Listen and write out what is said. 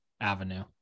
Avenue